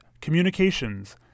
communications